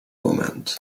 moment